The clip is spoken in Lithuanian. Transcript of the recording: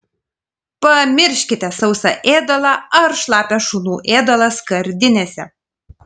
pamirškite sausą ėdalą ar šlapią šunų ėdalą skardinėse